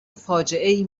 فاجعهای